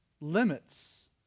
limits